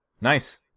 Nice